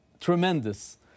tremendous